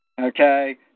okay